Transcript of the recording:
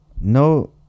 No